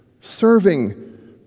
serving